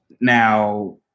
Now